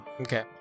okay